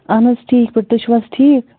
اَہن ٹھیٖک پٲٹھۍ تۄہہِ چھِو حظ ٹھیٖک